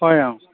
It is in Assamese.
হয় অ'